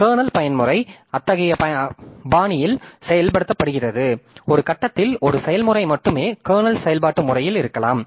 kernel பயன்முறை அத்தகைய பாணியில் செயல்படுத்தப்படுகிறது ஒரு கட்டத்தில் ஒரு செயல்முறை மட்டுமே கர்னல் செயல்பாட்டு முறையில் இருக்கலாம்